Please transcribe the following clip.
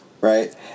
right